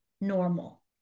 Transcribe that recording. normal